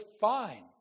fine